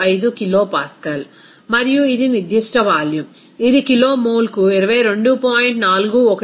325 kilopascal మరియు ఇది నిర్దిష్ట వాల్యూమ్ ఇది కిలోమోల్కు 22